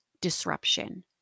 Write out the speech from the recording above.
disruption